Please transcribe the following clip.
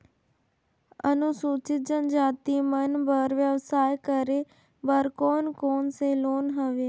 अनुसूचित जनजाति मन बर व्यवसाय करे बर कौन कौन से लोन हवे?